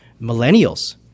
millennials